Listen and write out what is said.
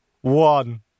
One